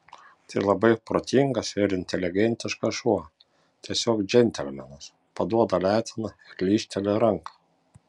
tai labai protingas ir inteligentiškas šuo tiesiog džentelmenas paduoda leteną ir lyžteli ranką